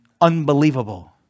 Unbelievable